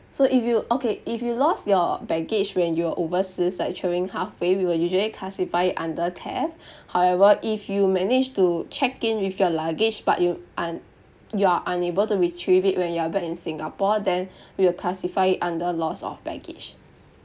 so if you okay if you lost your baggage when you were overseas like travelling halfway we will usually classify it under theft however if you managed to check in with your luggage but you un~ you are unable to retrieve it when you are back in singapore then we will classify it under loss of baggage